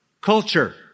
culture